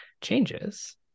changes